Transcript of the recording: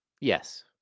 Yes